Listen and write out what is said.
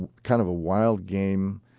and kind of a wild game,